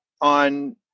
on